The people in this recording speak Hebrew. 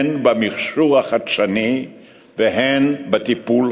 בברכה חמה וחברית.